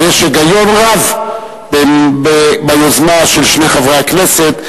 אבל יש היגיון רב ביוזמה של שני חברי הכנסת,